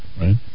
right